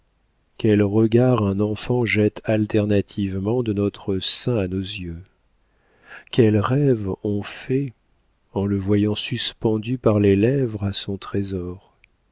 quels regards un enfant jette alternativement de notre sein à nos yeux quels rêves on fait en le voyant suspendu par les lèvres à son trésor